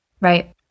right